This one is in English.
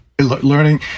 learning